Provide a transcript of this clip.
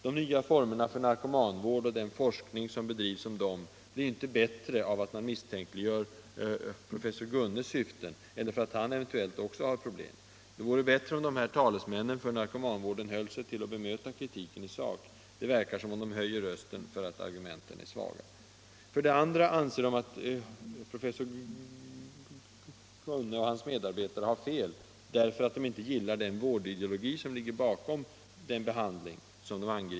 De nya formerna för narkomanvård, och den forskning som bedrivs om dem, blir inte bättre av att man misstänkliggör professor Gunnes syften, eller för att han eventuellt också har problem. Det vore bättre om dessa talesmän för narkomanvården höll sig till att bemöta kritiken i sak. Det verkar som om de höjer rösten för att argumenten är svaga. För det andra hävdar man att professor Gunne och hans medarbetare har fel, därför att de är motståndare till den vårdideologi som ligger bakom de nya behandlingsformerna.